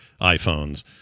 iPhones